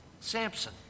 Samson